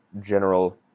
general